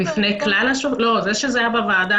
שזה היה בוועדה.